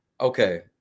okay